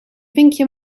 vinkje